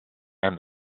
and